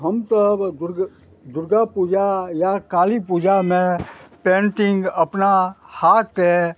हमसब दुर्गा दुर्गा पूजा या काली पूजामे पेंटिंग अपना हाथ